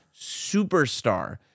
superstar